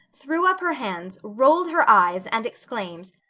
threw up her hands, rolled her eyes, and exclaimed,